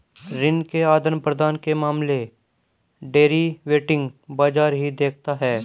ऋण के आदान प्रदान के मामले डेरिवेटिव बाजार ही देखता है